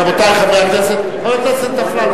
רבותי חברי הכנסת, חבר הכנסת אפללו